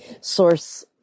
source